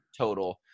total